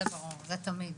זה תמיד.